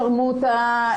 שרמוטה,